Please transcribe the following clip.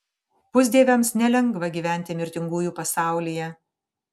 pusdieviams nelengva gyventi mirtingųjų pasaulyje